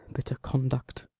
bitter conduct,